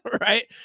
right